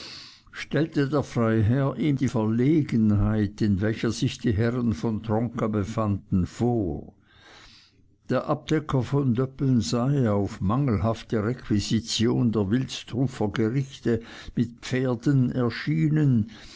stellte der freiherr ihm die verlegenheit in welcher sich die herren von tronka befanden vor der abdecker von döbbeln sei auf mangelhafte requisition der wilsdrufer gerichte mit pferden erschienen